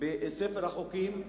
בספר החוקים,